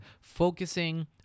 focusing